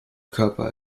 körper